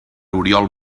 oriol